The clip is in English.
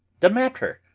the matter?